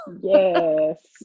Yes